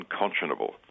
unconscionable